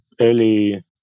early